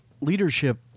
leadership